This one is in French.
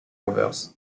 rovers